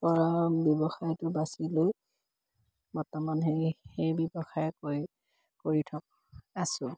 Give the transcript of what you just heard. পৰা ব্যৱসায়টো বাছি লৈ বৰ্তমান সেই সেই ব্যৱসায় কৰি আছোঁ